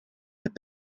but